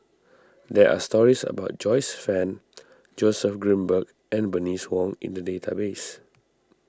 there are stories about Joyce Fan Joseph Grimberg and Bernice Wong in the database